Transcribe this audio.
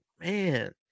man